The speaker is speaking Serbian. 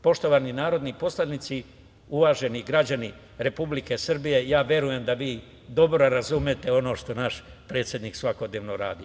Poštovani narodni poslanici, uvaženi građani Republike Srbije, ja verujem da vi dobro razumete ono što naš predsednik svakodnevno radi.